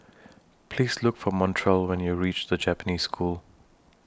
Please Look For Montrell when YOU REACH The Japanese School